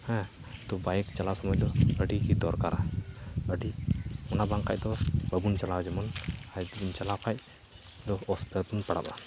ᱛᱚ ᱵᱟᱭᱤᱠ ᱪᱟᱞᱟᱣ ᱥᱚᱢᱚᱭ ᱫᱚ ᱟᱹᱰᱤᱜᱮ ᱫᱚᱨᱠᱟᱨᱼᱟ ᱚᱱᱟ ᱵᱟᱝᱠᱷᱟᱡ ᱫᱚ ᱵᱟᱹᱵᱩᱱ ᱪᱟᱞᱟᱣ ᱡᱮᱢᱚᱱ ᱪᱟᱞᱟᱣ ᱠᱷᱟᱡ ᱫᱚ ᱚᱥᱩᱵᱤᱫᱟᱨᱮ ᱵᱚᱱ ᱯᱟᱲᱟᱣ ᱫᱟᱲᱮᱭᱟᱜᱼᱟ